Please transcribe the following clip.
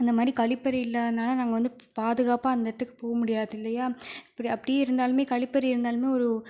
இந்த மாரி கழிப்பறை இல்லாதனால நாங்கள் வந்து பாதுகாப்பாக அந்த இடத்துக்கு போக முடியாது இல்லையா அப்படி அப்படியே இருந்தாலுமே கழிப்பறை இருந்தாலுமே ஒரு